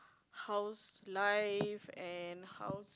how's life and how's